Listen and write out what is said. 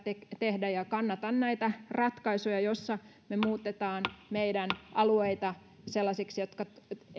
tehdä ja kannatan näitä ratkaisuja joissa me muutamme meidän alueitamme sellaisiksi jotka